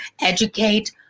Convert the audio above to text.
educate